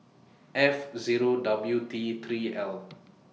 F Zero W T three L